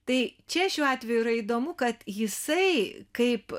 tai čia šiuo atveju yra įdomu kad jisai kaip